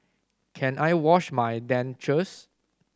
can I wash my dentures